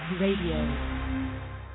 Radio